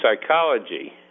psychology